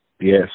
Yes